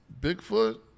Bigfoot